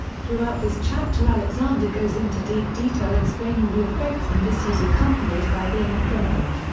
throughout this chapter alexander goes into deep detail explaining the effects and issues accompanied by being a criminal.